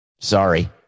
Sorry